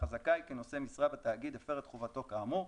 חזקה היא כי נושא משרה בתאגיד הפר את חובתו כאמור,